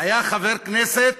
היה חבר כנסת